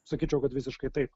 sakyčiau kad visiškai taip